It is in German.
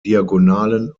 diagonalen